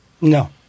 no